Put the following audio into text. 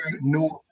North